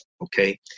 okay